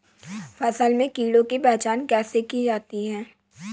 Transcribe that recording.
फसल में कीड़ों की पहचान कैसे की जाती है?